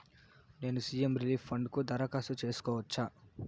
నేను CM relief fund కు దరఖాస్తు సేసుకోవచ్చా?